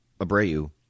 Abreu